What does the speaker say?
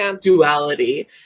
duality